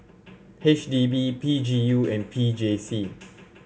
H D B P G U and P J C